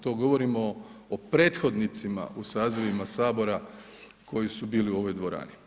To govorimo o prethodnicima u sazivima Sabora koji su bili u ovoj dvorani.